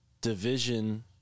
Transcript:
division